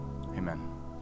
amen